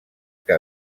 que